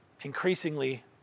increasingly